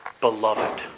beloved